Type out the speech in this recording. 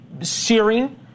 searing